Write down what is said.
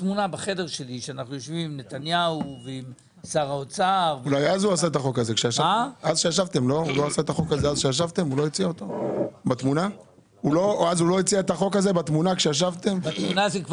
שלא יגידו לי אנשים על עצמאות בנק ישראל, כי אני